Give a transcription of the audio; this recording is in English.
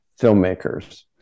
filmmakers